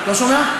לא שומע.